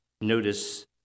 notice